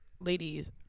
Ladies